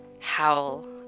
howl